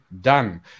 done